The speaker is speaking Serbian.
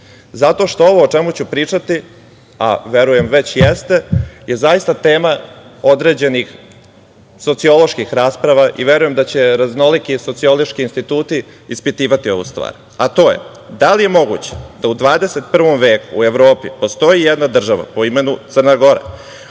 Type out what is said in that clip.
zato što ovo o čemu ću pričati, a verujem već jeste, je zaista tema određenih socioloških rasprava i verujem da će raznoliki sociološki instituti ispitivati ovu stvar, a to je - da li je moguće da u 21. veku u Evropi postoji jedna država, po imenu Crna Gora,